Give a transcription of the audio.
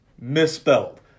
misspelled